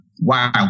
wow